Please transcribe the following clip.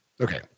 Okay